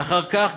ואחר כך,